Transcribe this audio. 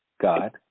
God